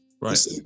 Right